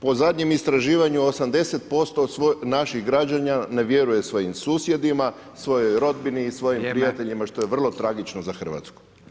Po zadnjem istraživanju 80% naših građana ne vjeruje svojim susjedima, svojoj rodbini i svojim prijateljima, što je vrlo tragično za Hrvatsku.